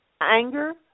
anger